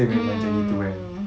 mm